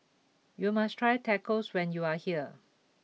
you must try Tacos when you are here